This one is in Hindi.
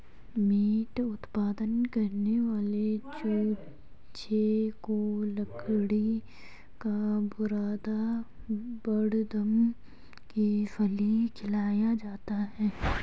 मीट उत्पादन करने वाले चूजे को लकड़ी का बुरादा बड़दम की फली खिलाया जाता है